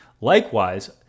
Likewise